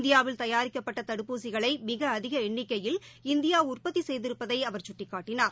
இந்தியாவில் தயாரிக்கப்பட்ட தடுப்பூசிகளை மிக அதிக எண்ணிக்கையில் இந்தியா உற்பத்தி செய்திருப்பதை அவர் சுட்டிக்காட்டினார்